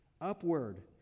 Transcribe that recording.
Upward